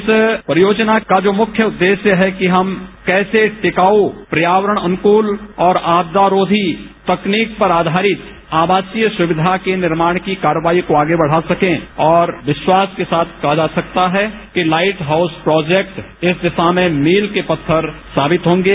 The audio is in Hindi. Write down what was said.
इस परियोजना का जो मुख्य उद्देश्य है कि हम कैसे टिकाक पर्यावरण अनुकूल और आपदारोषी तकनीक पर आघारित आवासीय सुक्या केनिर्माण की कार्रवाई को आगे बढ़ा सके और विश्वास के साथ कहा जा सकता है कि ताइट हाउसप्रोजेक्ट इस दिशा में मील के पत्थर साबित होंगे